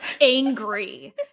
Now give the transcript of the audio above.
angry